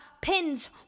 pins